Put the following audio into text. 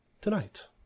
Tonight